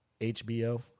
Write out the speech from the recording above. HBO